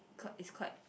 because is quite